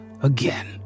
again